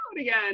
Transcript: again